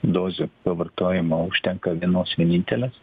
dozių po vartojimo užtenka vienos vienintelės